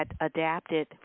adapted